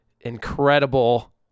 incredible